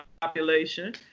population